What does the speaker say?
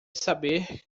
saber